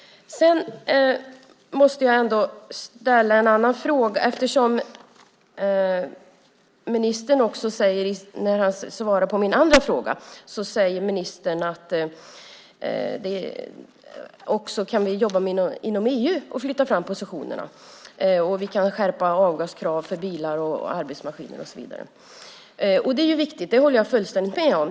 Sedan måste jag ändå ställa en annan fråga. När ministern svarar på min andra fråga säger han att vi också kan jobba med detta inom EU och flytta fram positionerna där. Vi kan skärpa avgaskrav för bilar och arbetsmaskiner och så vidare. Och det är ju riktigt. Det håller jag fullständigt med om.